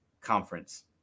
conference